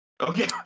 Okay